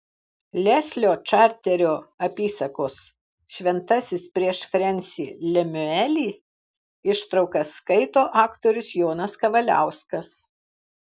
leslio čarterio apysakos šventasis prieš frensį lemiuelį ištraukas skaito aktorius jonas kavaliauskas